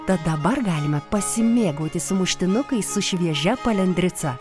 tad dabar galime pasimėgauti sumuštinukais su šviežia palendrica